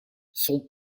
son